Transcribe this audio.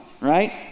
right